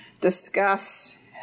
discuss